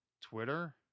Twitter